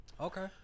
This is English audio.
Okay